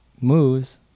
moves